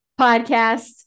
podcast